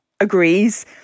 agrees